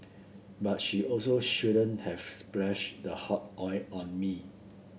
but she also shouldn't have splashed the hot oil on me